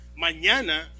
Mañana